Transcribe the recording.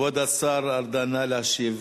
כבוד השר ארדן, נא להשיב.